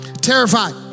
Terrified